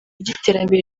ry’iterambere